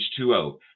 h2o